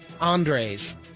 Andres